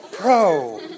bro